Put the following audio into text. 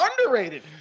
underrated